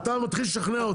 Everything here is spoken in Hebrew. לא, אתה מתחיל לשכנע אותי.